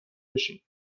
بشین